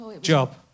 job